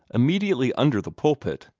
immediately under the pulpit,